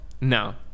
No